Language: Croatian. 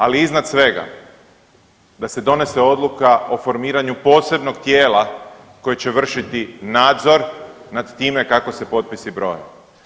Ali iznad svega, da se donese odluka o formiranju posebnog tijela koji će vršiti nadzor nad time kako se potpisi broje.